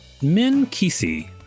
Minkisi